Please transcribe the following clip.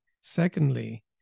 Secondly